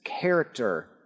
Character